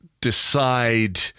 decide